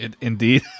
Indeed